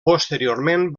posteriorment